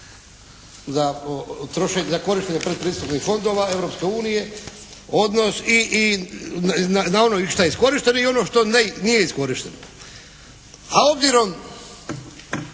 korištenje predpristupnih fondova Europske unije i na ono što je iskorišteno i ono što nije iskorišteno. A obzirom